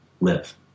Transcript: live